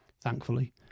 Thankfully